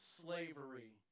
slavery